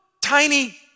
tiny